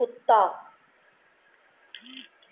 ਕੁੱਤਾ